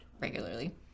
regularly